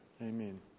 Amen